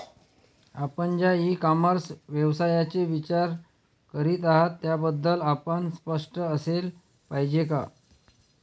आपण ज्या e commerce व्यवसायाचा विचार करीत आहात त्याबद्दल आपण स्पष्ट असले पाहिजे का?